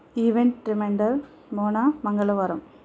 event reminder మోనా మంగళవారం